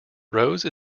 rose